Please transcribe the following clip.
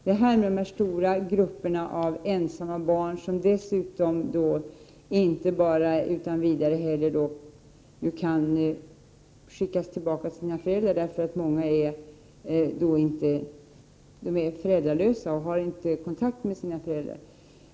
Det gäller stora grupper av ensamma barn, som inte utan vidare kan skickas tillbaka till sina föräldrar, därför att många är föräldralösa eller inte har någon kontakt med sina föräldrar.